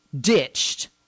ditched